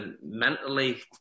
mentally